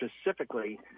specifically